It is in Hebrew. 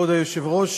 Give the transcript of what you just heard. כבוד היושב-ראש,